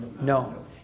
No